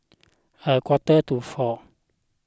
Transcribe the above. a quarter to four